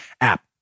app